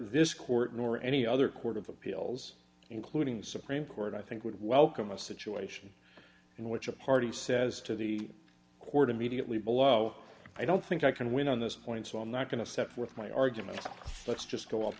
this court nor any other court of appeals including the supreme court i think would welcome a situation in which a party says to the court immediately below i don't think i can win on this point so i'm not going to set forth my arguments let's just go